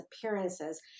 appearances